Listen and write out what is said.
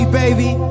baby